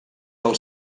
del